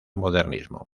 modernismo